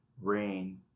RAIN